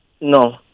No